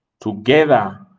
together